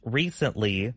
recently